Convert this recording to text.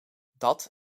dat